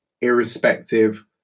irrespective